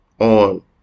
on